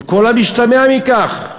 עם כל המשתמע מכך".